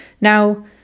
Now